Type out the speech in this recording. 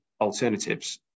alternatives